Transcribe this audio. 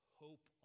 hope